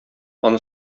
аны